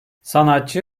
sanatçı